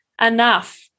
enough